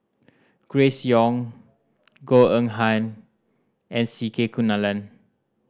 Grace Young Goh Eng Han and C Kunalan